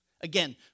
Again